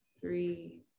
three